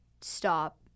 stop